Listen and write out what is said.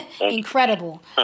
incredible